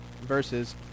verses